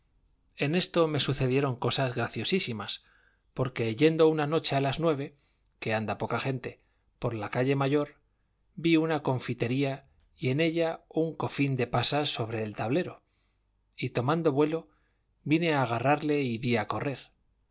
en esto me sucedieron cosas graciosísimas porque yendo una noche a las nueve que anda poca gente por la calle mayor vi una confitería y en ella un cofín de pasas sobre el tablero y tomando vuelo vine a agarrarle y di a correr